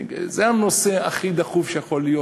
זה הנושא הכי דחוף שיכול להיות,